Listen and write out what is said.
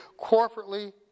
corporately